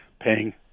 paying